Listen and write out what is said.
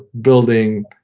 building